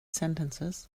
sentences